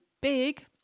big